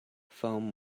foam